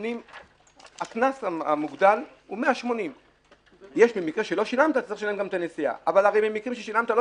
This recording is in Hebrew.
הקנס המוגדל הוא 180. במקרה שלא שילמת,